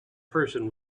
person